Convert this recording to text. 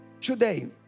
today